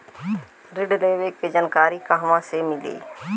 ऋण लेवे के जानकारी कहवा से मिली?